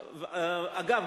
אגב,